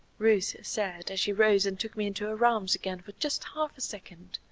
ruth said as she rose and took me into her arms again for just half a second,